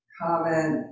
comment